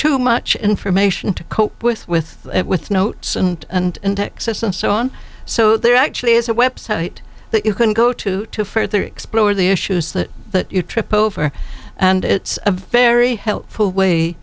too much information to cope with with it with notes and and in texas and so on so there actually is a website that you can go to to further explore the issues that that you trip over and it's a very helpful way